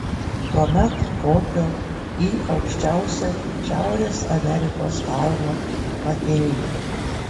tuomet kopiau į aukščiausią šiaurės amerikos kalną makinlį